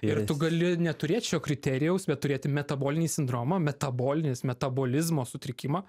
ir tu gali neturėt šio kriterijaus bet turėti metabolinį sindromą metabolinis metabolizmo sutrikimą